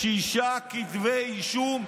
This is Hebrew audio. שישה כתבי אישום,